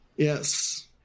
Yes